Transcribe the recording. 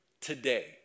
today